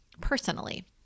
personally